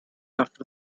after